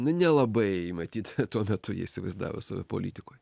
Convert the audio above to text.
nu nelabai matyt tuo metu jie įsivaizdavo save politikoj